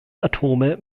atome